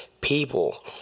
people